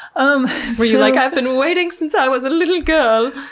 um like i've been waiting since i was a little girl.